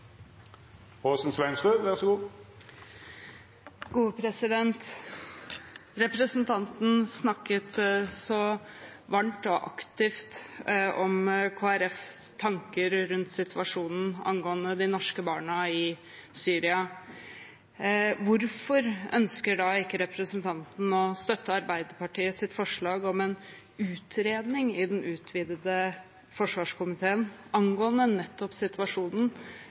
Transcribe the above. Representanten snakket så varmt og aktivt om Kristelig Folkepartis tanker rundt situasjonen angående de norske barna i Syria. Hvorfor ønsker da ikke representanten å støtte Arbeiderpartiets forslag om en utredning i den utvidede utenriks- og forsvarskomiteen